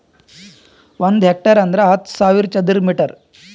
ಒಂದ್ ಹೆಕ್ಟೇರ್ ಅಂದರ ಹತ್ತು ಸಾವಿರ ಚದರ ಮೀಟರ್